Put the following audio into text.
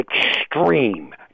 extreme